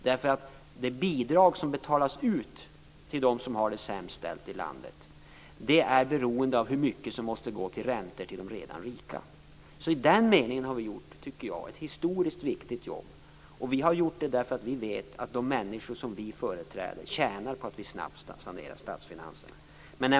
De bidrag som betalas ut till dem som har det sämst ställt i landet är nämligen beroende av hur mycket som måste gå till räntor till de redan rika. Så i den meningen tycker jag att vi har gjort ett historiskt viktigt jobb, och vi har gjort det därför att vi vet att de människor som vi företräder tjänar på att vi snabbt sanerar statsfinanserna.